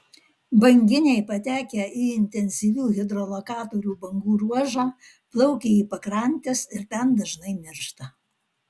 banginiai patekę į intensyvių hidrolokatorių bangų ruožą plaukia į pakrantes ir ten dažnai miršta